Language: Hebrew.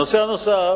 הנושא הנוסף